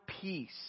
peace